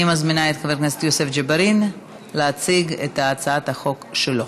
אני מזמינה את חבר הכנסת יוסף ג'בארין להציג את הצעת החוק שלו.